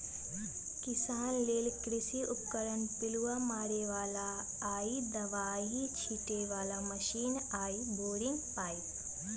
किसान लेल कृषि उपकरण पिलुआ मारे बला आऽ दबाइ छिटे बला मशीन आऽ बोरिंग पाइप